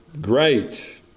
great